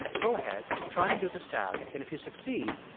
go ahead, try and do this task. and if you succeed,